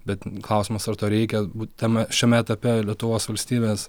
bet klausimas ar to reikia būt tame šiame etape lietuvos valstybės